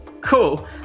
Cool